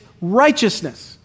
righteousness